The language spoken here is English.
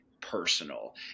personal